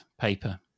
paper